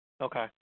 Okay